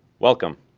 welcome.